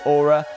Aura